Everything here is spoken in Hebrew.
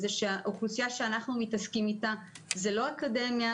שהאוכלוסייה שאנחנו מתעסקים איתה זה לא אקדמיה,